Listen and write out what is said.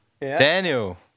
Daniel